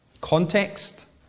Context